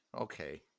Okay